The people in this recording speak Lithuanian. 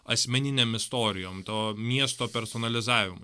asmeninėm istorijom to miesto personalizavimo